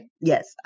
Yes